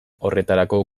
horretarako